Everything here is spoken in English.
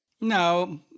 No